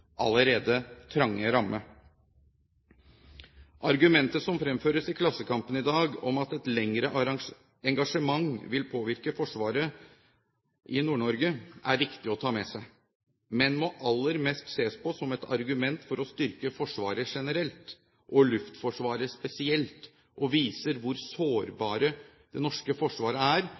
allerede trange ramme. Argumentet som fremføres i Klassekampen i dag, om at et lengre engasjement vil påvirke Forsvaret i Nord-Norge, er viktig å ta med seg, men må aller mest ses på som et argument for å styrke Forsvaret generelt og Luftforsvaret spesielt og viser hvor sårbare det norske forsvaret er